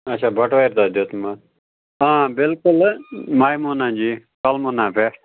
اَچھا بَٹوارِ دۄہ دیُتمُت بِلکُل حظ مایموٗنا جی کَلموٗنا پٮ۪ٹھ